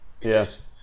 Yes